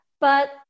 But-